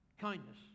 Kindness